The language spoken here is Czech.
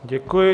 Děkuji.